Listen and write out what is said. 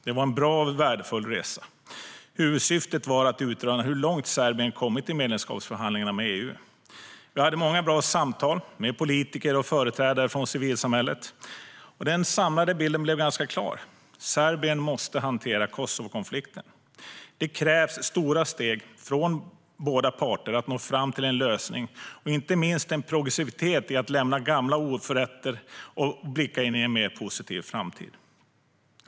Det var en bra och värdefull resa. Huvudsyftet var att utröna hur långt Serbien kommit i medlemskapsförhandlingarna med EU. Vi hade många bra samtal med politiker och företrädare från civilsamhället. Den samlade bilden blev ganska klar. Serbien måste hantera Kosovokonflikten. Det krävs stora steg från båda parter för att nå fram till en lösning och inte minst en progressivitet i att lämna gamla oförrätter och blicka in i en mer positiv framtid.